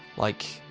like,